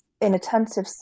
inattentive